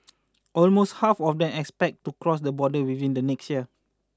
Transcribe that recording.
almost half of them expect to cross the borders within the next year